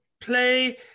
play